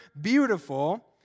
beautiful